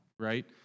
right